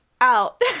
out